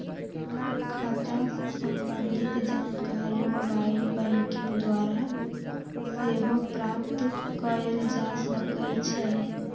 खता से संबंधित जानकारी मोबाइल बैंकिंग द्वारा सेहो प्राप्त कएल जा सकइ छै